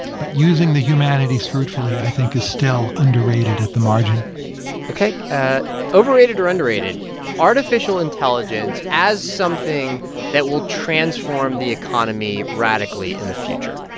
but using the humanities fruitfully, i think, is still underrated at the margin ok. overrated or underrated artificial intelligence as something that will transform the economy radically in the future?